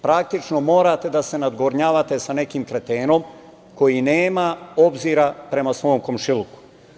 Praktično morate da se nadgovornjavate sa nekim kretenom, koji nema obzira prema svom komšiluku.